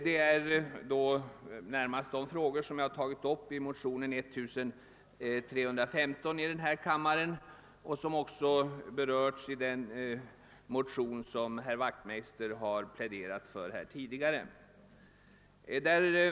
Jag har tagit upp några av dessa i motionen II: 1315 och de har också berörts i den motion som herr Wachmeister har väckt och i ett anförande pläderat för.